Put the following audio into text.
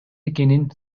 экенин